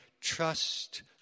trust